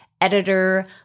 editor